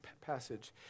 passage